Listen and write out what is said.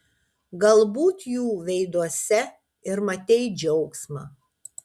galbūt jų veiduose ir matei džiaugsmą